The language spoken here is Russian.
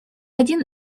один